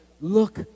look